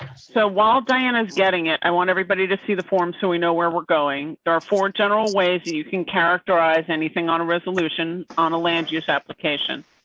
so while diana is getting it, i want everybody to see the form. so we know where we're going there are four general ways that you can characterize anything on a resolution on the land use application.